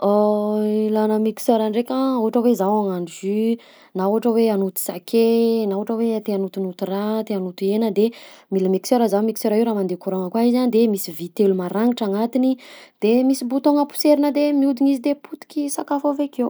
Ilana mixeur ndraika: ohatra hoe zaho hagnano na ohatra hoe hanoto sakay na ohatra hoe te hanotonoto raha, te hanoto hena de mila mixeur zany. Mixeur io raha mandeha courant-gna koa izy a de misy vy telo maragnitra agnatiny de misy bouton-gna poserina de mihodigna izy de potiky sakafo avy akeo.